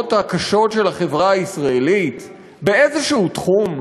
הקשות של החברה הישראלית באיזשהו תחום?